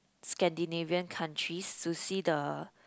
Scandinavian countries to see the